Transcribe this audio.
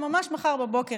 ממש מחר בבוקר,